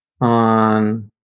on